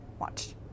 Watch